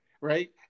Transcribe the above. right